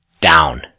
down